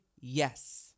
yes